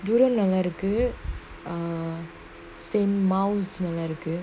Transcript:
duroom நல்லா இருக்கு:nallaa iruku ah senmouse நல்லா இருக்கு:nalla iruku